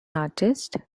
artist